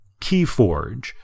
Keyforge